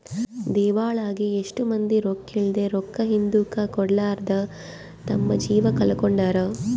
ದಿವಾಳಾಗಿ ಎಷ್ಟೊ ಮಂದಿ ರೊಕ್ಕಿದ್ಲೆ, ರೊಕ್ಕ ಹಿಂದುಕ ಕೊಡರ್ಲಾದೆ ತಮ್ಮ ಜೀವ ಕಳಕೊಂಡಾರ